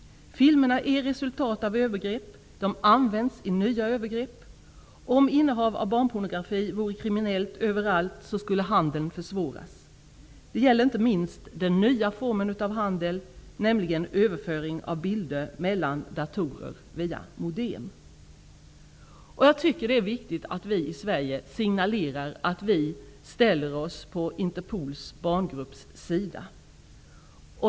Filmerna är resultat av övergrepp, de används i nya övergrepp. Om innehav av barnpornografi vore kriminellt överallt skulle handeln försvåras. Det gäller inte minst den nya formen för handel -- nämligen överföring av bilder mellan datorer via modem!'' Jag tycker att det är viktigt att vi i Sverige signalerar att vi ställer oss på Interpols barngrupps sida.